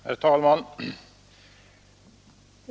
Herr talman!